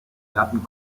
glatten